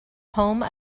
home